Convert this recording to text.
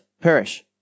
perish